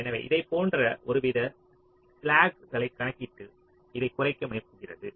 எனவே இதைப் போன்ற ஒருவித ஸ்லாக்ஐ கணக்கிட்டு இதை குறைக்க முயற்சிக்கிறது